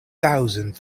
thousand